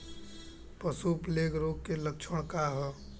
पशु प्लेग रोग के लक्षण का ह?